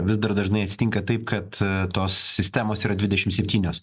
vis dar dažnai atsitinka taip kad tos sistemos yra dvidešim septynios